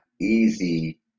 easy